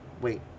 wait